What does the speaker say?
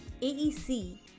AEC